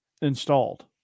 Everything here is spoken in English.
installed